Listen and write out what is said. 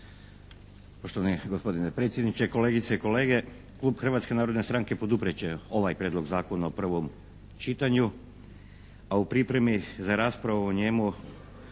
Poštovani gospodine predsjedniče, kolegice i kolege. Klub Hrvatske narodne stranke poduprijet će ovaj Prijedlog zakona u prvom čitanju, a u pripremi za raspravu o njemu